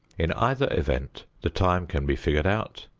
in either event the time can be figured out,